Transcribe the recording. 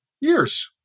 years